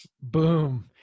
Boom